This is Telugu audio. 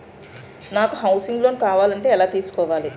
నాకు హౌసింగ్ లోన్ కావాలంటే ఎలా తీసుకోవాలి?